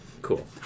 Cool